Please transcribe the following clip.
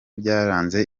byaranze